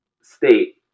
state